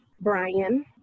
Brian